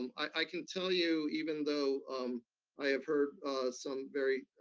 um i can tell you, even though i have heard some very